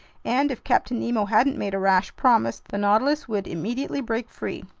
and if captain nemo hadn't made a rash promise, the nautilus would immediately break free.